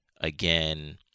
again